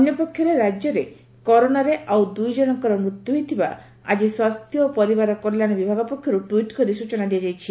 ଅନ୍ୟପକ୍ଷରେ ରାଜ୍ୟରେ କରୋନରେ ଆଉ ଦୁଇଜଶଙ୍କର ମୃତ୍ୟୁ ହୋଇଥିବା ଆକି ସ୍ୱାସ୍ଥ୍ୟ ଓ ପରିବାର କଲ୍ୟାଶ ବିଭାଗ ପକ୍ଷରୁ ଟ୍ୱିଟ୍ କରି ସୂଚନା ଦିଆଯାଇଛି